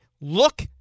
Look